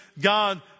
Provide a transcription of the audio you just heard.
God